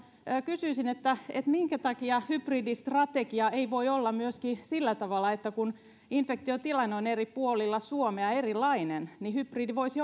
kysyisin minkä takia hybridistrategia ei voi olla myöskin sillä tavalla että kun infektiotilanne on eri puolilla suomea erilainen niin hybridi voisi